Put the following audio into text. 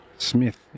Smith